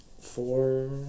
Four